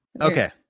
Okay